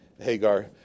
Hagar